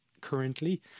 currently